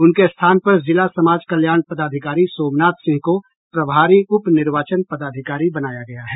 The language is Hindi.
उनके स्थान पर जिला समाज कल्याण पदाधिकारी सोमनाथ सिंह को प्रभारी उप निर्वाचन पदाधिकारी बनाया गया है